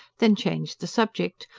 then changed the subject,